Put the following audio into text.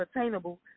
attainable